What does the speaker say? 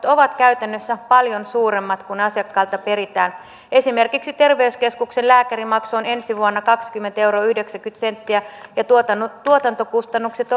ovat käytännössä paljon suuremmat kuin se mitä asiakkaalta peritään esimerkiksi terveyskeskuksen lääkärimaksu on ensi vuonna kaksikymmentä euroa yhdeksänkymmentä senttiä ja tuotantokustannukset